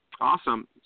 Awesome